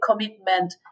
commitment